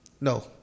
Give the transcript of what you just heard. no